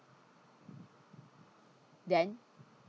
then